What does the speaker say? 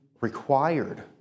required